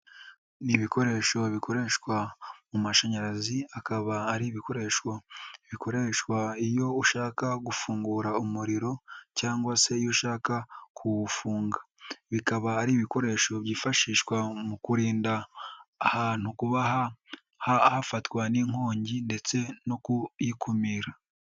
Ni ibikoresho bikoreshwa mu mashanyarazi, akaba ari ibikoresho bikoreshwa iyo ushaka gufungura umuriro cyangwa se iyo ushaka kuwufunga, bikaba ari ibikoresho byifashishwa mu kurinda ahantu kuba hafatwa n'inkongi ndetse no kuyikumira.